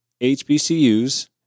HBCUs